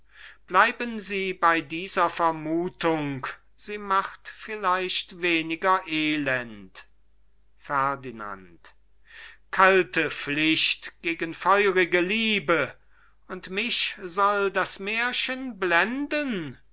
bleiben sie bei dieser vermuthung sie macht vielleicht weniger elend ferdinand kalte pflicht gegen feurige liebe und mich soll das märchen blenden